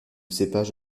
cépage